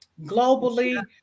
Globally